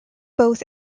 both